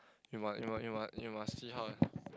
you must you must you must you must see how